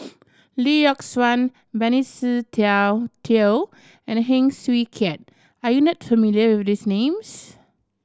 Lee Yock Suan Benny Se Teo and Heng Swee Keat are you not familiar with these names